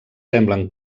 semblen